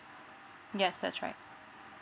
yes that's right